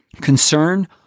concern